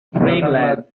dreamland